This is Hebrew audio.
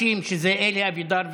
50, שזה עם אלי אבידר וגינזבורג,